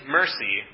mercy